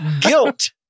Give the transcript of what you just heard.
Guilt